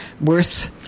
Worth